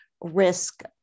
risk